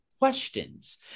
questions